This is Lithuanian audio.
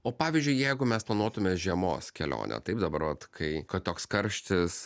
o pavyzdžiui jeigu mes planuotume žiemos kelionę taip dabar vat kai kad toks karštis